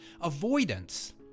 avoidance